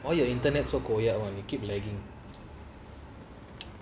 why your internet so koyak [one] keep legging